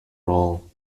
role